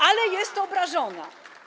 Ale jest obrażona.